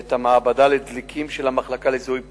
את המעבדה לדליקים של המחלקה לזיהוי פלילי,